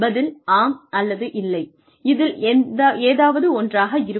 பதில் ஆம் அல்லது இல்லை இதில் ஏதாவது ஒன்றாக இருக்கும்